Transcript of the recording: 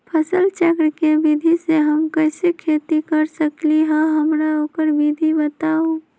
फसल चक्र के विधि से हम कैसे खेती कर सकलि ह हमरा ओकर विधि बताउ?